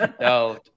no